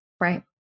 right